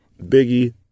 Biggie